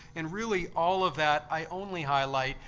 and really, all of that i only highlight,